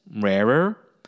rarer